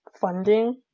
funding